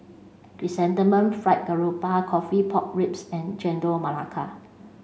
fried garoupa coffee pork ribs and chendol melaka